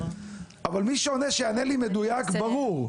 אבל מי שעונה, שיענה לי מדויק וברור.